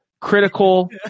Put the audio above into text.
critical